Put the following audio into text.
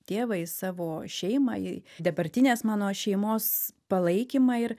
tėvą į savo šeimą į dabartinės mano šeimos palaikymą ir